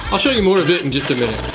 i'll show you more of it in just a minute.